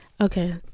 Okay